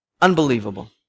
Unbelievable